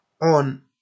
on